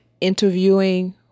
interviewing